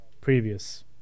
previous